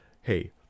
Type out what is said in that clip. hey